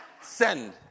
send